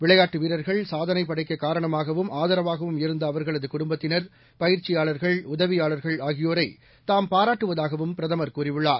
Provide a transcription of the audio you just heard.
விளையாட்டு வீரர்கள் சாதனை படைக்க காரணமாகவும் ஆதரவாகவும் இருந்த அவர்களது குடும்பத்தினர் பயிற்சியாளர்கள் உதவியாளர்கள் ஆகியோரை தாம் பாராட்டுவதாகவும் பிரதமர் கூறியுள்ளார்